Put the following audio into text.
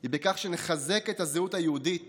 היא לחזק את הזהות היהודית